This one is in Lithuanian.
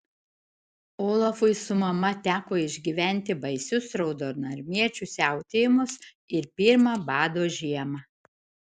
olafui su mama teko išgyventi baisius raudonarmiečių siautėjimus ir pirmą bado žiemą